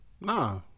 nah